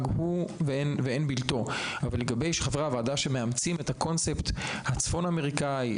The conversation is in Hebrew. ואין בלתו אבל לגבי חברי ועדה שמאמצים את הקונספט הצפון אמריקני,